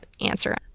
answer